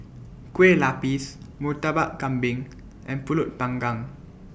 Kueh Lapis Murtabak Kambing and Pulut Panggang